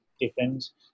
depends